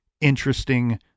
interesting